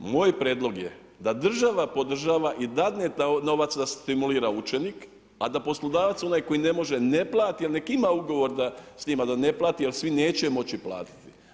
Moj prijedlog je da država podržava i dadne taj novac da stimulira učenika a da poslodavac je onaj koji ne može, ne plati, nek' ima ugovor s njima da ne plati jer svi neće moći platiti.